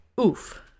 Oof